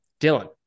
Dylan